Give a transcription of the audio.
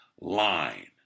Line